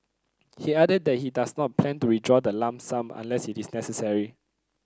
he added that he does not plan to withdraw the lump sum unless it is necessary